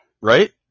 Right